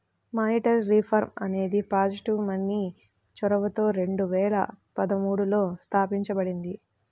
monetary reform అనేది positive money చొరవతో రెండు వేల పదమూడులో తాపించబడింది